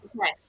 Okay